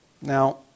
Now